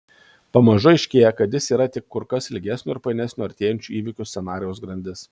pamažu aiškėja kad jis yra tik kur kas ilgesnio ir painesnio artėjančių įvykių scenarijaus grandis